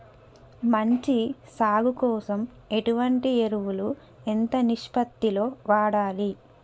మంచి సాగు కోసం ఎటువంటి ఎరువులు ఎంత నిష్పత్తి లో వాడాలి?